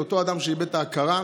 אותו אדם איבד את ההכרה,